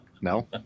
No